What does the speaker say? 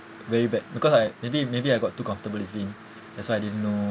very bad because I maybe maybe I got too comfortable with him that's why I didn't know